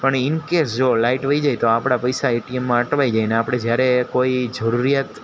પણ ઈનકેસ જો લાઇટ વઈ જાય તો આપણા પૈસા એટીએમમાં અટવાઈ જાય અને આપણે જ્યારે કોઈ જરૂરિયાત